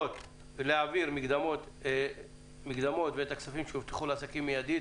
להעביר מקדמות ואת הכספים שהובטחו לעסקים מידית,